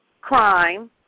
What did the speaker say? crime